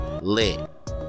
lit